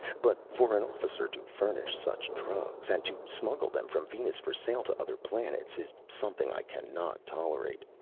but for an officer to furnish such drugs and to smuggle them from venus for sale to other planets is something i cannot tolerate.